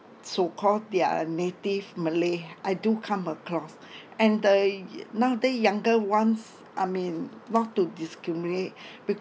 so-called their native malay I do come across and the nowaday younger ones I mean not to discriminate